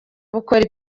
bukora